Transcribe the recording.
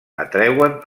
atreuen